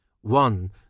One